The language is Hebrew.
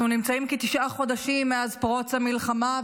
אנחנו נמצאים כתשעה חודשים מאז פרוץ המלחמה,